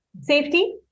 safety